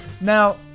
Now